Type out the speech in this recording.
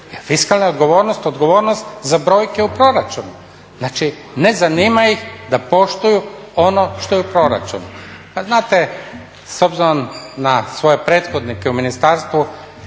fiskalna odgovornost je odgovornost za brojke u proračunu, znači, ne zanima ih da poštuju ono što je proračun. Pa znate, s obzirom na svoje prethodnike u ministarstvu,